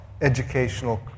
educational